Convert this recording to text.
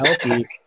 healthy